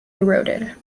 eroded